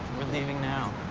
we're leaving now.